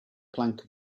plank